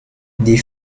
die